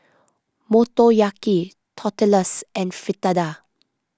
Motoyaki Tortillas and Fritada